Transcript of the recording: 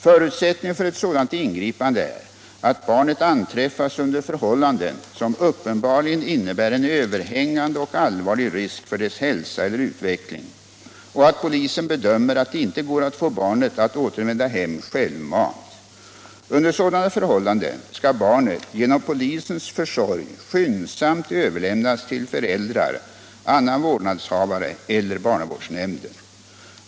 Förutsättningen för ett sådant ingripande är att barnet anträffas under förhållanden som uppenbarligen innebär en överhängande och allvarlig risk för dess hälsa eller utveckling och att polisen bedömer att det inte går att få barnet att återvända hem självmant. Under sådana förhållanden skall barnet genom polisens försorg skyndsamt överlämnas till föräldrar, annan vårdnadshavare eller barnavårdsnämnden.